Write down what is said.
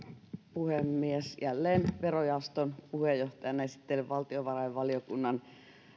puhemies jälleen verojaoston puheenjohtajana esittelen valtiovarainvaliokunnan